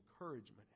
encouragement